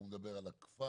זה מדבר על כפר,